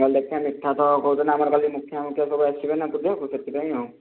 ନ ହେଲେ ଦେଖିବା ମିଠା ତ କହୁଥିଲେ ଆମର କାଲି ମୁଖ୍ୟମନ୍ତ୍ରୀ ଆସିବେ ନା ବୁଲିବାକୁ ସେଥିପାଇଁ ଆଉ